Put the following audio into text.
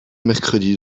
mercredi